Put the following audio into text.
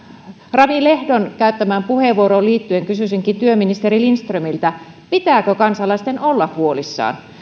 rami lehdon käyttämään puheenvuoroon liittyen kysyisinkin työministeri lindströmiltä pitääkö kansalaisten olla huolissaan